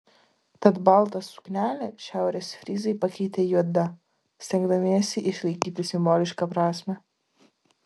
tad baltą suknelę šiaurės fryzai pakeitė juoda stengdamiesi išlaikyti simbolišką prasmę